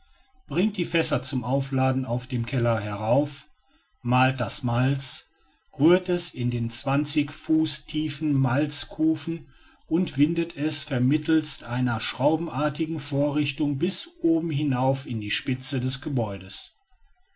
bringt die fässer zum aufladen aus dem keller herauf mahlt das malz rührt es in den zwanzig fuß tiefen malzkufen und windet es vermittelst einer schraubenartigen vorrichtung bis oben hinauf in die spitze des gebäudes